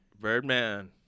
Birdman